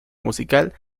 musical